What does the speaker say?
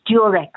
Durex